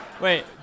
Wait